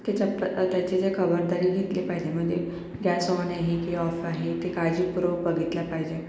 की चं त्याची जे खबरदारी घेतली पाहिजे म्हणजे गॅस ऑन आहे की ऑफ आहे ते काळजीपूर्वक बघितलं पाहिजे